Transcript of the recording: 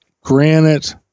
granite